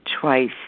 twice